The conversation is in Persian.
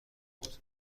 بود